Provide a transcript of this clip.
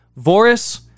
Voris